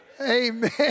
Amen